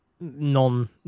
non